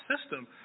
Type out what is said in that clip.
system